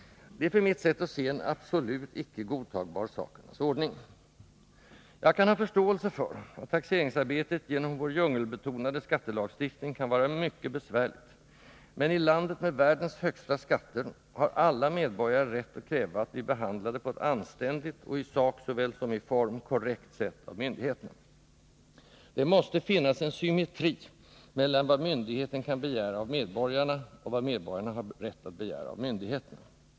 Det är enligt mitt sätt att se en absolut icke godtagbar sakernas ordning. Jag kan ha förståelse för att taxeringsarbetet genom vår djungelbetonade skattelagstiftning kan vara mycket besvärligt, men i landet med världens högsta skatter har alla medborgare rätt att kräva att bli behandlade på ett anständigt och i sak såväl som i form korrekt sätt av myndigheterna. Det måste finnas en symmetri mellan vad myndigheterna kan begära av medborgarna och vad medborgarna har rätt att begära av myndigheterna.